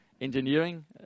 engineering